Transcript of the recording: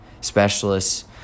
specialists